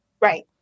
Right